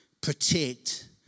protect